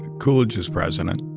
coolidge is president.